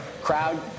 crowd